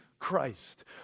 Christ